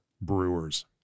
brewers